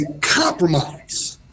compromise